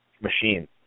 Machine